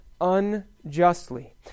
unjustly